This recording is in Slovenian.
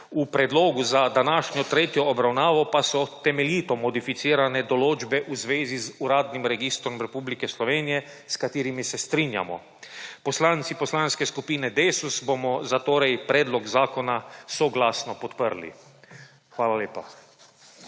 V predlogu za današnjo tretjo obravnavo pa so temeljito modificirane določbe v zvezi z uradnim registrom Republike Slovenije, s katerimi se strinjamo. Poslanci Poslanske skupine Desus bomo zatorej predlog zakona soglasno podprli. Hvala lepa.